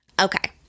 Okay